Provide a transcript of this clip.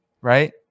right